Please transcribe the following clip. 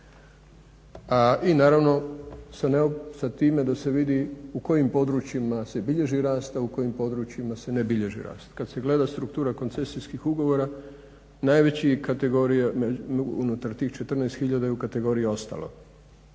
i naravno sa time da se vidi u kojim područjima se bilježi rast, a u kojim područjima se ne bilježi rast. Kad se gleda struktura koncesijskih ugovora najveća kategorija unutar tih